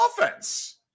offense